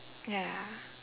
ya